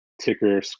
ticker